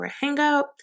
Hangout